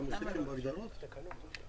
אלה תקנות מורכבות.